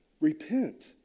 Repent